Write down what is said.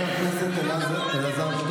רק שם נמצאות האשמה והאחריות.